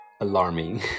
alarming